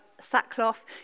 sackcloth